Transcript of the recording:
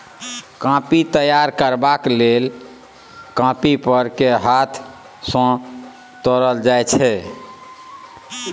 coffee तैयार करबाक लेल कॉफी फर केँ हाथ सँ तोरल जाइ छै